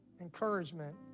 encouragement